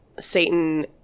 Satan